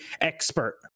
expert